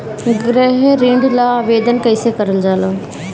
गृह ऋण ला आवेदन कईसे करल जाला?